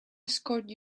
escort